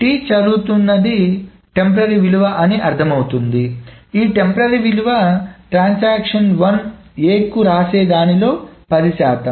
T చదువుతున్నది తాత్కాలిక విలువ అని అర్థమవుతుంది ఈ తాత్కాలిక విలువ ట్రాన్సాక్షన్1 A కు రాసే దానిలో 10 శాతం